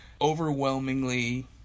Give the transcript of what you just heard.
Overwhelmingly